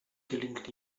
gelingt